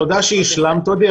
תודה שהשלמת אותי,